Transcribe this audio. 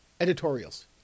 Editorials